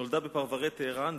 נולדה בפרברי טהרן,